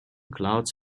clouds